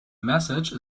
message